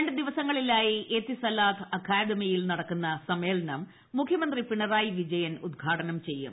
രണ്ടു ദിവസങ്ങളിലായി എത്തിസലാത്ത് അക്കാദമിയിൽ നടക്കുന്ന സമ്മേളനം മുഖ്യമന്ത്രി പിണറായി വിജയൻ ഉദ്ഘാടനം ചെയ്യും